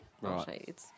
Right